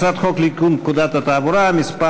הצעת חוק לתיקון פקודת התעבורה (מס'